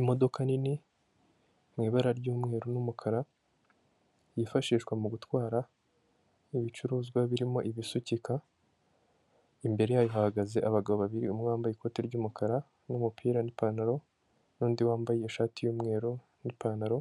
Imodoka nini mu ibara ry'umweru n'umukara, yifashishwa mu gutwara ibicuruzwa birimo ibisukika, imbere yayo hahagaze abagabo babiri umwe wambaye ikote ry'umukara n'umupira n'ipantaro, n'undi wambaye ishati y'umweru n'ipantaro,